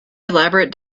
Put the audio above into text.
elaborate